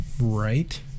right